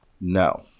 no